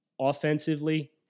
Offensively